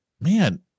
man